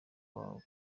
wawe